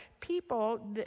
people